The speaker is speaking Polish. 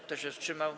Kto się wstrzymał?